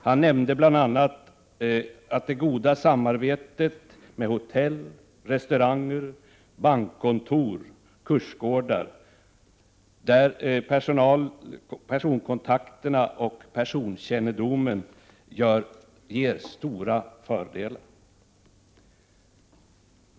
Han nämnde bl.a. det goda samarbetet med hotell, restauranger, bankkontor och kursgårdar, där personkontakterna och personkännedomen ger stora fördelar.